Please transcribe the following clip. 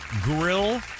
grill